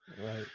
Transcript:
right